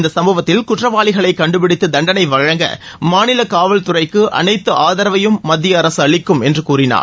இந்த சம்பவத்தில் குற்றவாளிகளை கண்டுபிடித்து தண்டனை வழங்க மாநில காவல்துறைக்கு அனைத்து ஆதரவையும் மத்திய அரசு அளிக்கும் என்று கூறினார்